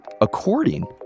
according